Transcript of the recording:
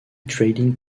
trading